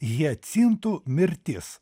hiacintų mirtis